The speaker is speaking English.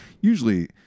Usually